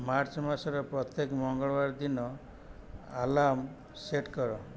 March ମାସର ପ୍ରତ୍ୟେକ ମଙ୍ଗଳବାର ଦିନ ଆଲାର୍ମ ସେଟ୍ କର